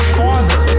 father